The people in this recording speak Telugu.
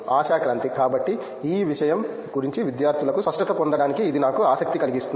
ఆశా క్రాంతి కాబట్టి ఈ విషయం గురించి విద్యార్థులకు స్పష్టత పొందడానికి ఇది నాకు ఆసక్తి కలిగిస్తుంది